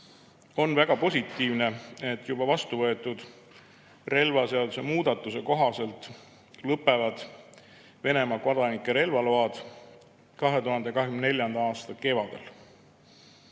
on väga positiivne, et juba vastuvõetud relvaseaduse muudatuse kohaselt lõpevad Venemaa kodanike relvaload 2024. aasta kevadel.